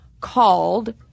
called